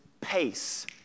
pace